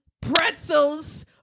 pretzels